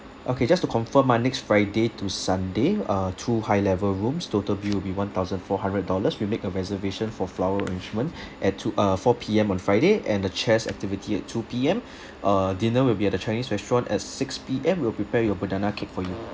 okay just to confirm ah next friday to sunday uh two high level rooms total bill will be one thousand four hundred dollars we make a reservation for flower arrangement at two uh four P_M on friday and the chess activity at two P_M uh dinner will be at the chinese restaurant as six P_M we'll prepare your banana cake for you